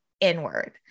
inward